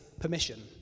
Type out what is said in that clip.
permission